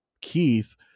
Keith